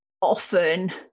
often